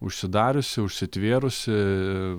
užsidariusi užsitvėrusi